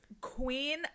queen